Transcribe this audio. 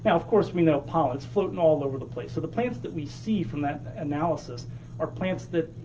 of course we know pollen's floating all over the place, so the plants that we see from that analysis are plants that,